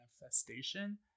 manifestation